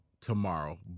tomorrow